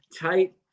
tight